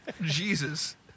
Jesus